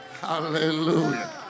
Hallelujah